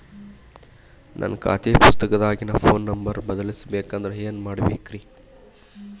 ನನ್ನ ಖಾತೆ ಪುಸ್ತಕದಾಗಿನ ಫೋನ್ ನಂಬರ್ ಬದಲಾಯಿಸ ಬೇಕಂದ್ರ ಏನ್ ಮಾಡ ಬೇಕ್ರಿ?